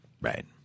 Right